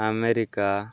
America